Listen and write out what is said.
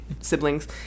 siblings